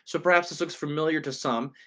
so perhaps this looks familiar to some.